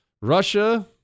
Russia